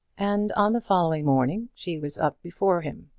and on the following morning she was up before him.